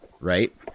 Right